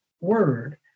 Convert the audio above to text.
word